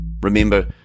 Remember